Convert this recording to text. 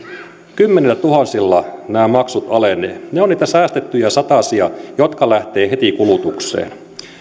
kymmenillätuhansilla nämä maksut alenevat ne ovat niitä säästettyjä satasia jotka lähtevät heti kulutukseen